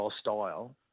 style